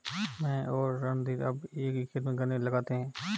मैं और रणधीर अब एक ही खेत में गन्ने लगाते हैं